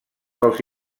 pels